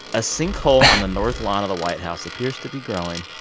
a sinkhole on the north lawn of the white house appears to be growing.